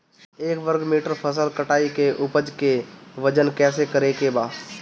एक वर्ग मीटर फसल कटाई के उपज के वजन कैसे करे के बा?